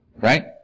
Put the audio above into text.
Right